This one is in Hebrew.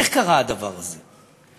איך קרה הדבר הזה?